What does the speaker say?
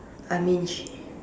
I mean sh